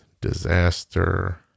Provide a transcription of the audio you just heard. Disaster